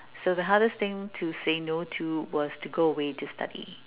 so the hardest thing to say no to was to go away to study